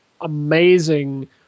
amazing